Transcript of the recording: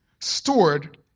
stored